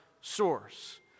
source